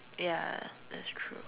ya that's true